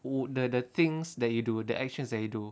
wo~ the the things that you do the actions that you do